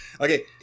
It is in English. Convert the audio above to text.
okay